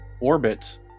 orbit